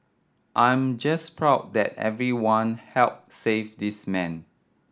I'm just proud that everyone helped save this man